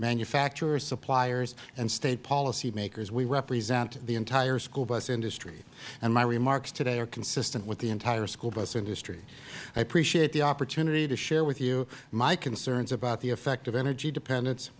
manufacturers suppliers and state policymakers we represent the entire school bus industry and my remarks today are consistent with the entire school bus industry i appreciate the opportunity to share with you my concerns about the effect of energy dependence